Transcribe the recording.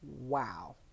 wow